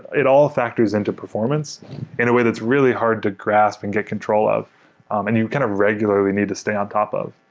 it all factors into performance in a way that's really hard to grasp and get control ah of um and you kind of regularly need to stay on top of.